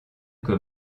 que